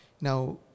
Now